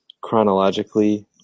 chronologically